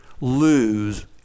lose